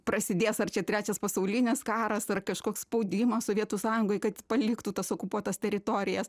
prasidės ar čia trečias pasaulinis karas ar kažkoks spaudimas sovietų sąjungoj kad paliktų tas okupuotas teritorijas